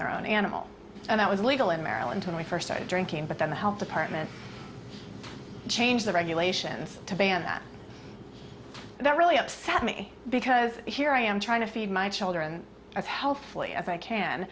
their own animal and that was legal in maryland and we first started drinking but then the health department changed the regulations to ban that really upset me because here i am trying to feed my children as healthfully as i can